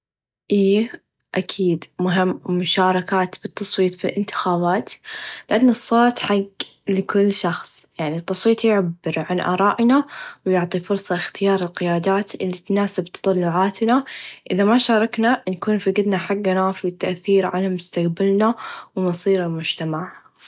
إييه أكيد مهم مشاركات في التصويت في الإنتخابات لأن الصوت حق لكل شخص يعني التصويت يعبر عن آرائنا و يعطي فرصه إختيار القيادات إلي تناسب تطلعاتنا إذا ما شاركنا نكون فقدنا حقنا في التأثير على مستقبلنا و مصير المچتمع.